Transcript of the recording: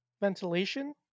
ventilation